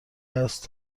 است